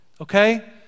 okay